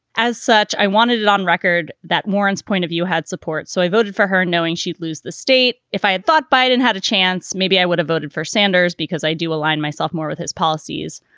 as such, i wanted it on record that warren's point of view had support. so i voted for her, knowing she'd lose the state. if i had thought biden had a chance, maybe i would have voted for sanders because i do align myself more with his policies.